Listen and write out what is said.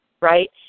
right